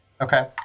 Okay